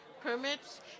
permits